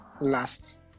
last